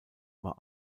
war